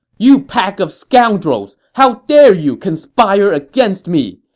you pack of scoundrels! how dare you conspire against me!